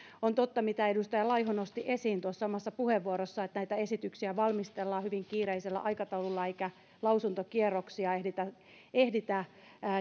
on totta mitä edustaja laiho nosti esiin tuossa omassa puheenvuorossaan että näitä esityksiä valmistellaan hyvin kiireisellä aikataululla eikä lausuntokierroksia ehditä ehditä